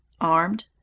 armed